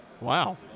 wow